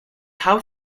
how